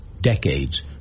decades